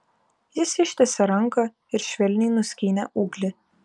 jis ištiesė ranką ir švelniai nuskynė ūglį